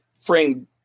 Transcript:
frame